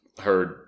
heard